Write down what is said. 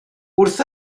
wrth